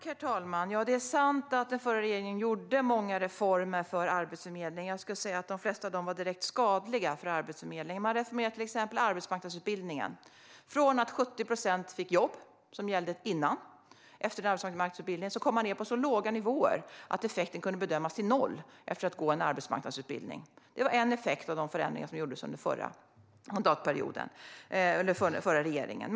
Herr talman! Det är sant att den förra regeringen gjorde många reformer för Arbetsförmedlingen. De flesta av dem var direkt skadliga för Arbetsförmedlingen. Man reformerade till exempel arbetsmarknadsutbildningen: Tidigare var det 70 procent som fick jobb, men nu kom man ned på så låga nivåer att effekten av en arbetsmarknadsutbildning kunde bedömas till noll. Det var en effekt av de förändringar som gjordes under förra mandatperioden, under den förra regeringen.